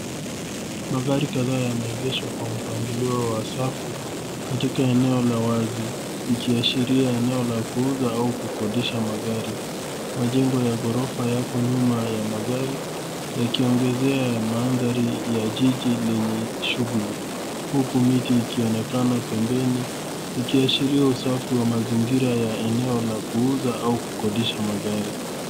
Magari kadhaa yameegeshwa kwa mpangilio wa safu katika eneo la wazi ikiashiria eneo la kuuza au kukodisha magari. Majengo ya ghorofa yako nyuma ya magari yakiongeza mandhari ya jiji lenye shughuli huku miti ikionekana pembeni ikiashiria usafi wa mazingira ya eneo la kuuza au kukodisha magari.